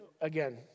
again